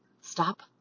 Stop